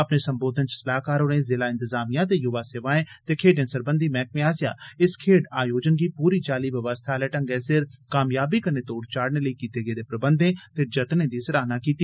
अपने संबोधन च सलाहकार होरें ज़िला इंतजाभिया ते युवा सेवाएं ते खेड्डें सरबंधी मैह्कमे आस्सेआ इस खेड्ड आयोजन गी पूरी चाल्ली बवस्था आले ढंगै सिर कामयाबी कन्नै तोड़ चाढ़ने लेई कीते गेदे प्रबंघें ते जतनें दी सराहना कीती